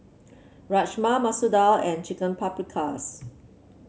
Rajma Masoor Dal and Chicken Paprikas